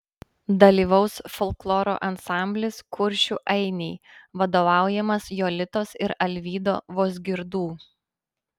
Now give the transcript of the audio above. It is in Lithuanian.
dalyvaus folkloro ansamblis kuršių ainiai vadovaujamas jolitos ir alvydo vozgirdų